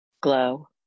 glow